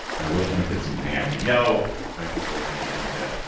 i wish my kids didn't hang out with me, know if my kids are listening. i didn't say that.